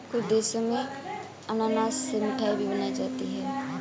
कुछ देशों में अनानास से मिठाई भी बनाई जाती है